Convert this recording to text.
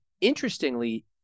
interestingly